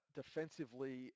defensively